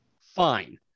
fine